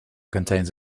contains